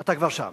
אני כבר שם.